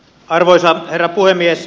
arvoisa herra puhemies